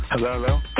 Hello